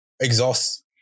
exhaust